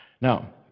Now